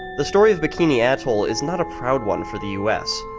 the story of bikini atoll is not a proud one for the us.